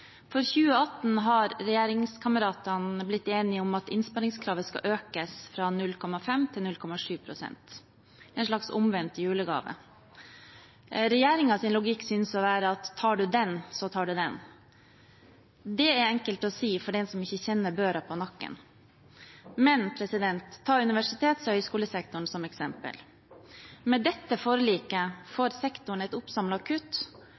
For 2018 har regjeringskameratene blitt enige om at innsparingskravet skal økes fra 0,5 til 0,7 pst., en slags omvendt julegave. Regjeringens logikk synes å være at tar du den, så tar du den. Det er enkelt å si for den som ikke kjenner børa på nakken. Men ta universitets- og høyskolesektoren som eksempel: Med dette forliket får sektoren et oppsamlet kutt